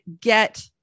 get